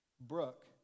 Brooke